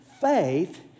faith